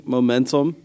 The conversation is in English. Momentum